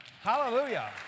Hallelujah